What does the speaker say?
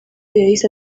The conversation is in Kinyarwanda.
yahise